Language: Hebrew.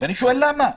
ואני שואל למה?